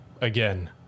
again